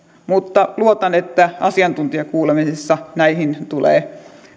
mutta luotan että asiantuntijakuulemisissa näihin tulee